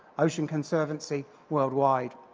ocean conservancy, worldwide.